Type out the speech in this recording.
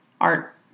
art